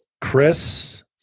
Chris